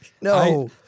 no